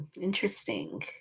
interesting